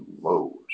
lows